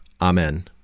Amen